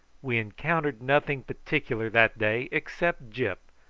we encountered nothing particular that day except gyp,